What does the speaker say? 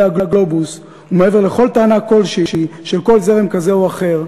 הגלובוס ומעבר לכל טענה כלשהי של כל זרם כזה או אחר,